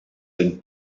and